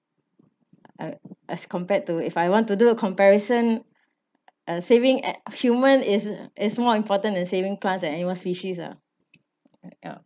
I as compared to if I want to do a comparison uh saving at~ human is is more important than saving plants and animal species ah